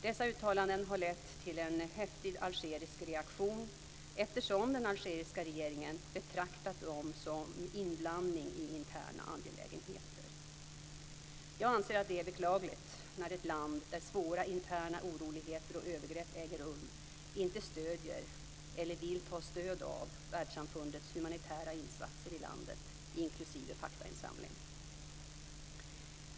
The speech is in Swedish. Dessa uttalanden har lett till en häftig algerisk reaktion eftersom den algeriska regeringen betraktat dem som inblandning i interna angelägenheter. Jag anser att det är beklagligt när ett land där svåra interna oroligheter och övergrepp äger rum inte stödjer eller vill ta stöd av världssamfundets humanitära insatser i landet, inklusive faktainsamling.